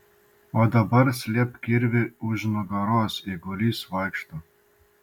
o dabar slėpk kirvį už nugaros eigulys vaikšto